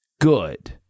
good